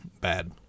bad